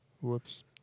Whoops